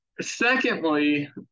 Secondly